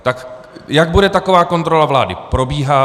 Tak jak bude taková kontrola vlády probíhat?